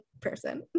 person